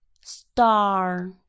star